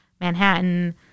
Manhattan